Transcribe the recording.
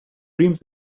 dreams